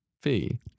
fee